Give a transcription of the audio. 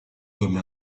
comme